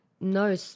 No